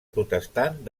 protestant